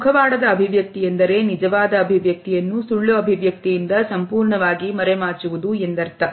ಮುಖವಾಡದ ಅಭಿವ್ಯಕ್ತಿಯೆಂದರೆ ನಿಜವಾದ ಅಭಿವ್ಯಕ್ತಿಯನ್ನು ಸುಳ್ಳು ಅಭಿವ್ಯಕ್ತಿಯಿಂದ ಸಂಪೂರ್ಣವಾಗಿ ಮರೆಮಾಚುವುದು ಎಂದರ್ಥ